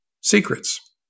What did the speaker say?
secrets